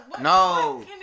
No